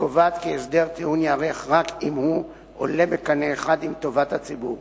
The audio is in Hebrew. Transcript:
וקובעת כי הסדר טיעון ייערך רק אם הוא עולה בקנה אחד עם טובת הציבור.